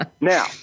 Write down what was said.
Now